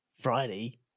Friday